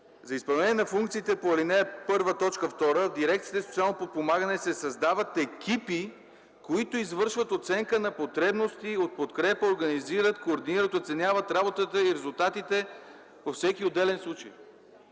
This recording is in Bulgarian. За изпълнение на функциите по ал. 1, т. 2 в дирекциите „Социално подпомагане” се създават екипи, които извеждат оценка на потребности от подкрепа, организират, координират и оценяват работата и резултатите при всеки отделен случай.”